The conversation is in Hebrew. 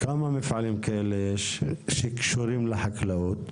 כמה מפעלים כאלה יש שקשורים לחקלאות?